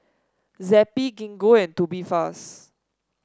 Zappy Gingko and Tubifast